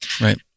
Right